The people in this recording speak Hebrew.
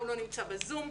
הוא לא נמצא ב-זום,